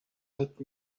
let